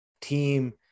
team